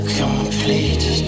complete